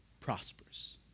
prosperous